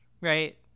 right